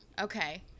Okay